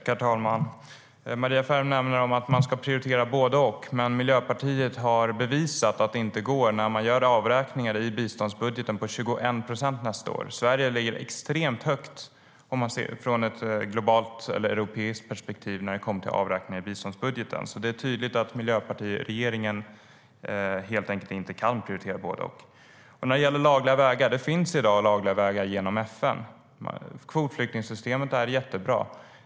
Herr talman! Maria Ferm säger att man ska prioritera både och, men Miljöpartiet har bevisat att det inte går genom att göra avräkningar på 21 procent i biståndsbudgeten för nästa år. Sverige ligger i ett europeiskt perspektiv extremt högt när det kommer till avräkningar i biståndsbudgeten. Det är tydligt att miljöpartiregeringen helt enkelt inte kan prioritera både och. När det gäller lagliga vägar finns i dag lagliga vägar genom FN. Kvotflyktingsystemet är jättebra.